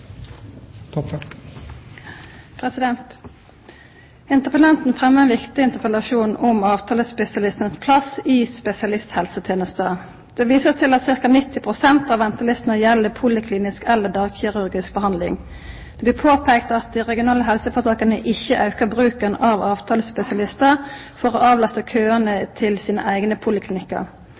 helseforetakene. Interpellanten fremmar ein viktig interpellasjon om avtalespesialistanes plass i spesialisthelsetenesta. Ein viser til at ca. 90 pst. av ventelistene gjeld poliklinisk eller dagkirurgisk behandling. Det blir peikt på at dei regionale helseføretaka ikkje aukar bruken av avtalespesialistar for å avlasta køane til sine eigne poliklinikkar.